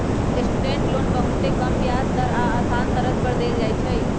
student loan बहुते कम ब्याज दर आऽ असान शरत पर देल जाइ छइ